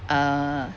uh